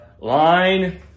line